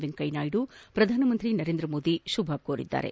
ವೆಂಕಯ್ಯನಾಯ್ಡು ಹಾಗೂ ಪ್ರಧಾನಮಂತ್ರಿ ನರೇಂದ್ರ ಮೋದಿ ಶುಭ ಕೋರಿದ್ದಾರೆ